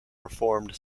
reformed